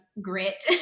grit